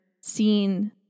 seen